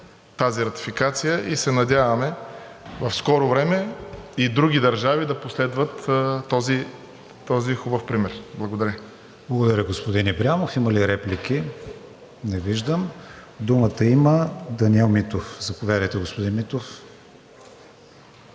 тази ратификация и се надяваме в скоро време и други държави да последват този хубав пример. Благодаря. ПРЕДСЕДАТЕЛ КРИСТИАН ВИГЕНИН: Благодаря, господин Ибрямов. Има ли реплики? Не виждам. Думата има Даниел Митов. Заповядайте, господин Митов.